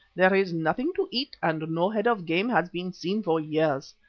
there is nothing to eat and no head of game has been seen for years.